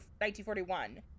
1941